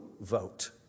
vote